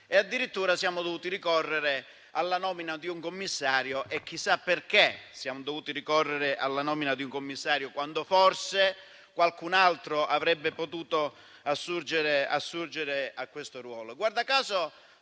addirittura siamo dovuti ricorrere alla nomina di un commissario. Chissà perché siamo dovuti ricorrere alla nomina di un commissario quando forse qualcun altro avrebbe potuto assurgere a questo ruolo.